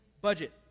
budget